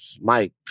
Mike